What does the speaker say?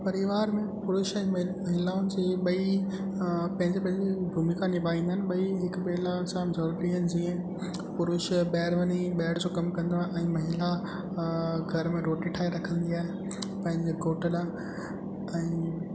परिवार में पुरुष ऐं मई महिलाउनि जे ॿई पंहिंजे पंहिंजे भूमिका निभाईंदा आहिनि ॿई हिक ॿिए लाइ जामु ज़रूरी आहिनि जीअं पुरुष ॿाहिरि वञी ॿाहिरि जो कमु कंदो आहे ऐं महिला घर में रोटी ठाहे रखंदी आहे पंहिंजे घोट लाइ ऐं